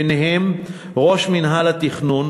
ביניהם ראש מינהל התכנון,